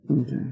Okay